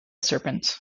serpent